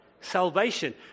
salvation